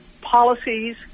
policies